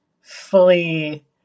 fully –